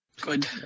Good